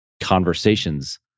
conversations